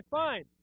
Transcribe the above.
fine